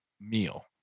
meal